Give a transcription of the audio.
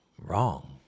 wrong